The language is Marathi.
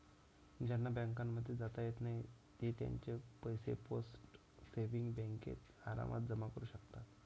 ज्यांना बँकांमध्ये जाता येत नाही ते त्यांचे पैसे पोस्ट सेविंग्स बँकेत आरामात जमा करू शकतात